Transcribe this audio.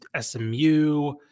SMU